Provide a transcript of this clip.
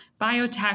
biotech